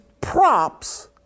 props